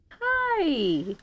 Hi